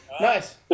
nice